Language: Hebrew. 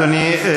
אדוני,